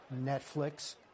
Netflix